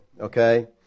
Okay